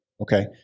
Okay